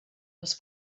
els